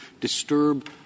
disturb